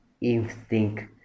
instinct